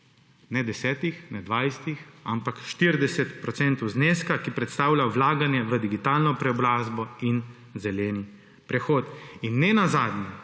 ne desetih, ne dvajsetih, ampak 40 procentov zneska, ki predstavlja vlaganje v digitalno preobrazbo in zeleni prehod. Nenazadnje